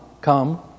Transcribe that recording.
come